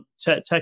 tech